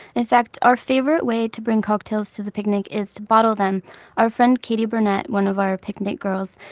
in fact, our favorite way to bring cocktails to the picnic is to bottle them our friend katie burnett, one of our picnic girls,